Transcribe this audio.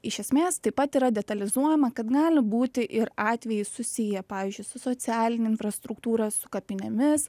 iš esmės taip pat yra detalizuojama kad gali būti ir atvejai susiję pavyzdžiui su socialine infrastruktūra su kapinėmis